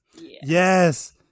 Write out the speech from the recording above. yes